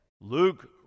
luke